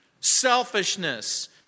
selfishness